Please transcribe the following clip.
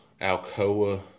Alcoa